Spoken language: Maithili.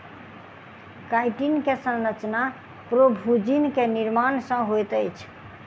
काइटिन के संरचना प्रोभूजिन के निर्माण सॅ होइत अछि